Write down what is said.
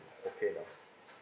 okay now